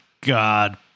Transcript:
God